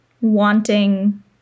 wanting